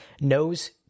knows